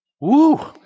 Woo